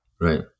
Right